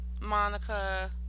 Monica